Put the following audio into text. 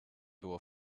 było